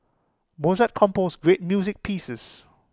Mozart composed great music pieces